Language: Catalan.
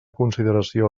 consideració